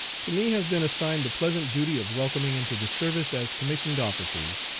to me has been assigned the pleasant duty of welcoming into the service as commissioned officers,